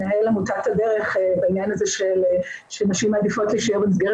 מנהל עמותת הדרך בעניין הזה שנשים מעדיפות להשאר במסגרת